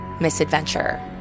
misadventure